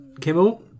Kimmel